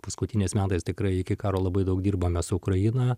paskutiniais metais tikrai iki karo labai daug dirbome su ukraina